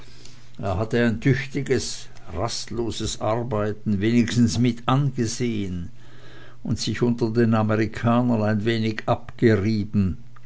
er hatte ein tüchtiges rastloses arbeiten wenigstens mit angesehen und sich unter den amerikanern ein wenig abgerieben